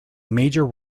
major